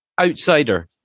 outsider